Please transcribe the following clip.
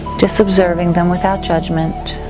just observing them without judgment,